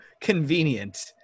convenient